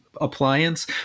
appliance